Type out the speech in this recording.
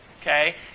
okay